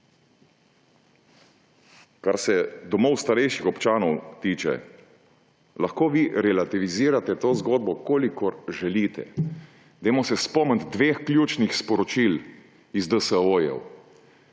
Kar se domov starejših občanov tiče, lahko vi relativizirate to zgodbo, kolikor želite. Spomnimo se dveh ključnih sporočil iz DSO.